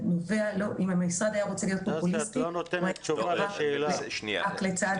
אם המשרד היה רוצה להיות פופוליסטי הוא היה עושה צעד פופוליסטי,